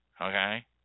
Okay